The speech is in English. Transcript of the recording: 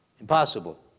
Impossible